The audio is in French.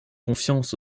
confiance